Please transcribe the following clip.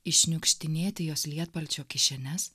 iššniukštinėti jos lietpalčio kišenes